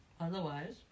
Otherwise